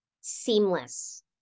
seamless